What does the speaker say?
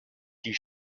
die